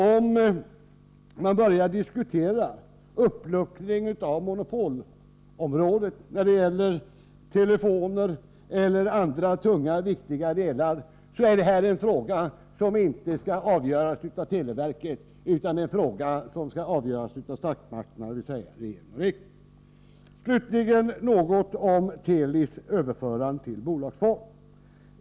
Frågan om en uppluckring av monopolområdet när det gäller telefoner eller andra tunga och viktiga delar skall inte avgöras av televerket utan av statsmakterna, dvs. regering och riksdag. Jag vill också säga några ord om Telis överförande till bolagsform.